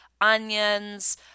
onions